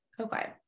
Okay